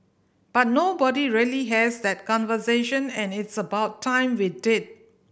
but nobody really has that conversation and it's about time we did